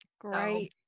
Great